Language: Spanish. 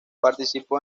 participó